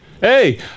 Hey